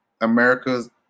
America's